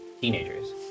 teenagers